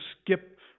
skip